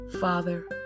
Father